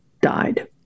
died